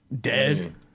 Dead